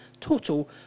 total